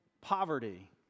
Poverty